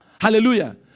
Hallelujah